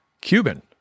Cuban